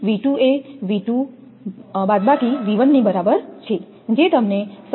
તેથી v2 એ V2 V1 ની બરાબર છે તમને 21